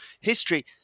history